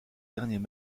derniers